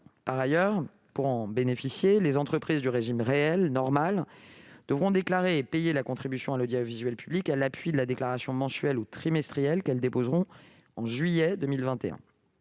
d'avril. Pour en bénéficier, les entreprises relevant du régime réel normal devront déclarer et payer la contribution à l'audiovisuel public à l'appui de la déclaration mensuelle ou trimestrielle qu'elles déposeront en juillet 2021.